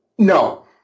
No